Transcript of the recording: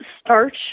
starch